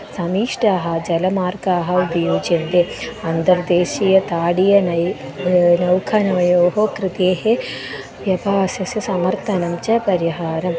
समीष्टाः जलमार्गाः उपयुज्यन्ते अन्तर्देशीयथाडीयनै नौखनवयोः कृतेः व्यपासस्य समर्तनं च परिहारम्